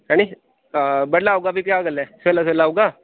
ऐनी बडलै औगा भी भ्यागै बेल्लै सबेला सबेला औगा